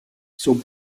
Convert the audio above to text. jsou